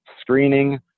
Screening